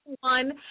One